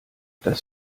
das